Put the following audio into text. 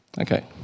Okay